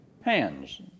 hands